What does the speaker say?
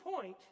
point